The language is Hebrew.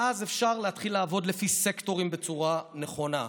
ואז אפשר להתחיל לעבוד לפי סקטורים בצורה נכונה.